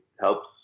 helps